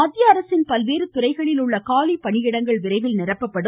மத்திய அரசின் பல்வேறு துறைகளில் உள்ள காலி பணியிடங்கள் விரைவில் நிரப்பப்படும்